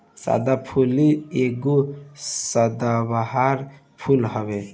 सदाफुली एगो सदाबहार फूल हवे